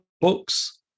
books